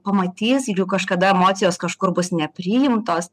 pamatys ir jų kažkada emocijos kažkur bus nepriimtos